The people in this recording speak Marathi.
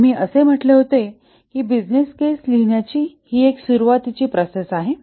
आम्ही असे म्हटले होते की बिझनेस केस लिहिण्याची ही एक सुरुवातीची प्रोसेस आहे